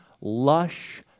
lush